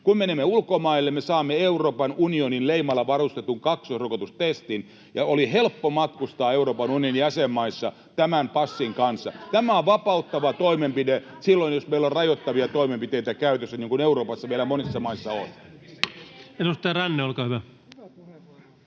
Kun menemme ulkomaille, me saamme Euroopan unionin leimalla varustetun kaksoisrokotustestin, ja oli helppo matkustaa Euroopan unionin jäsenmaissa tämän passin kanssa. Tämä on vapauttava toimenpide silloin, jos meillä on rajoittavia toimenpiteitä käytössä, niin kuin Euroopassa vielä monissa maissa on.